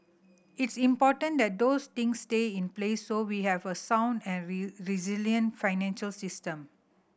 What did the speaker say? it's important that those things stay in place so we have a sound and resilient financial system